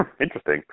Interesting